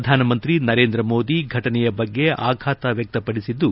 ಪ್ರಧಾನಮಂತ್ರಿ ನರೇಂದ್ರಮೋದಿ ಘಟನೆಯ ಬಗ್ಗೆ ಆಘಾತ ವ್ಯಕ್ತಪಡಿಸಿದ್ದು